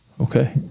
Okay